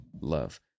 Love